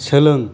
सोलों